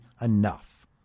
enough